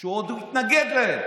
שהוא עוד מתנגד להם,